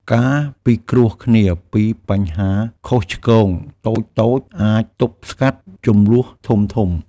ការពិគ្រោះគ្នាពីបញ្ហាខុសឆ្គងតូចៗអាចទប់ស្កាត់ជម្លោះធំៗ។